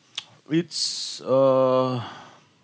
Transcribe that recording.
it's uh